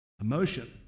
Emotion